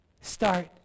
start